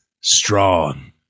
strong